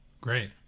Great